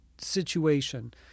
situation